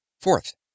Fourth